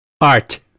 Art